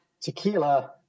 tequila